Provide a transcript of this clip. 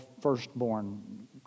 firstborn